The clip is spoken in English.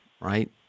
right